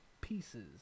pieces